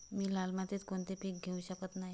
मी लाल मातीत कोणते पीक घेवू शकत नाही?